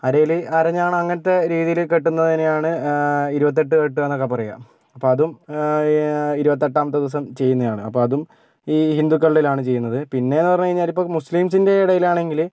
അരയില് അരഞ്ഞാണം അങ്ങനത്തെ രീതിയില് കെട്ടുന്നതിനെ ആണ് ഇരുപത്തി എട്ട് കെട്ടുക എന്നൊക്കെ പറയുക അപ്പം അതും ഇരുപത്തി എട്ടാം ദിവസം ചെയ്യുന്നതാണ് അപ്പം അതും ഈ ഹിന്ദുക്കളിലാണ് ചെയ്യുന്നത് പിന്നെ പറഞ്ഞ് കഴിഞ്ഞാല് അതിപ്പം മുസ്ലീംസിൻ്റെ ഇടയിലാണെങ്കില്